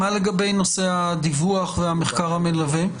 מה לגבי הדיווח והמחקר המלווה?